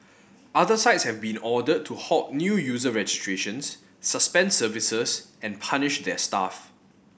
other sites have been ordered to halt new user registrations suspend services and punish their staff